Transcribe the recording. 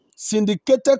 syndicated